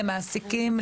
למעסיקים,